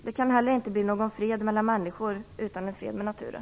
Det kan heller inte bli fred mellan människor utan en fred med naturen.